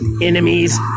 enemies